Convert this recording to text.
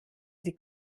sie